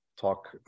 talk